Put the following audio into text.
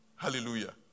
Hallelujah